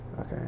Okay